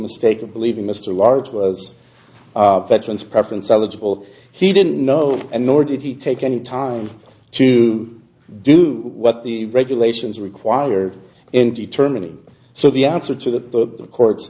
mistake of believing mr large was veterans preference eligible he didn't know and nor did he take any time to do what the regulations require and determining so the answer to the court